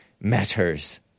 matters